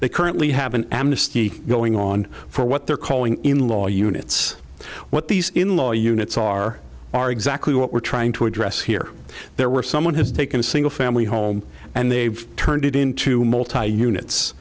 they currently have an amnesty going on for what they're calling in law units what these in law units are are exactly what we're trying to address here there were some one has taken a single family home and they've turned it into multiple units